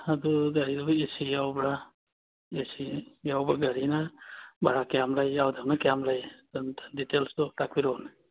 ꯑꯗꯨ ꯒꯥꯔꯤꯗꯨꯕꯨ A C ꯌꯥꯎꯕ꯭ꯔ ꯑꯦ ꯁꯤ ꯌꯥꯎꯕ ꯒꯥꯔꯤꯅ ꯚꯔꯥ ꯀꯌꯥꯝ ꯂꯩ ꯌꯥꯎꯗꯕꯅ ꯀꯌꯥꯝ ꯂꯩ ꯑꯗꯨ ꯑꯇ ꯗꯤꯇꯦꯜꯁꯇꯣ ꯇꯥꯛꯄꯤꯔꯛꯑꯣꯅꯦ